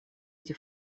эти